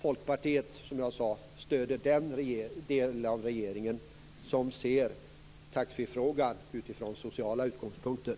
Folkpartiet stöder, som jag sade, den del av regeringen som ser taxfreefrågan utifrån sociala utgångspunkter.